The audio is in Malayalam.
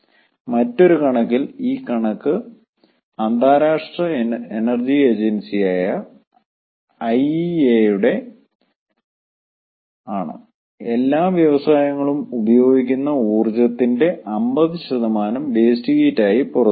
മറ്റൊരു കണക്കിൽ ഈ കണക്ക് അന്താരാഷ്ട്ര എനർജി ഏജൻസിയായ ഐഇഎയുടെ യുടെ ആണ് എല്ലാ വ്യവസായങ്ങളും ഉപയോഗിക്കുന്ന ഊർജ്ജത്തിന്റെ 50 വേസ്റ്റ് ഹീറ്റ് ആയി പുറത്തുവിടുന്നു